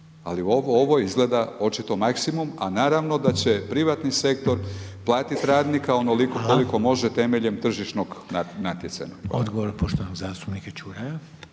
Ali ovo izgleda očito maksimum, a naravno da će privatni sektor platiti radnika onoliko koliko može temeljem tržišnog natjecanja. **Reiner, Željko (HDZ)** Hvala.